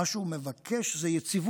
מה שהוא מבקש זה יציבות,